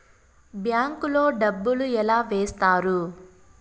bank లో డబ్బులు ఎలా వేస్తారు